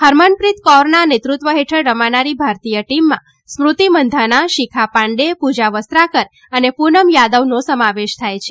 હરમનપ્રીત કૌરના નેતૃત્વ હેઠળ રમનારી ભારતીય ટીમમાં સ્મૃતિ મંધાના શીખા પાંડે પૂજા વસ્ત્રાકર અને પૂનમ યાદવનો સમાવેશ થાય છે